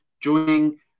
joining